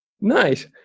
Nice